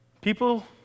People